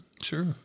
Sure